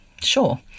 Sure